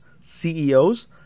CEOs